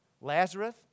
Lazarus